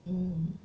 mm